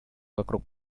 вокруг